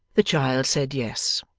the child said yes.